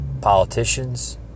politicians